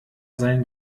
sein